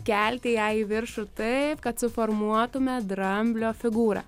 kelti ją į viršų taip kad suformuotumėt dramblio figūrą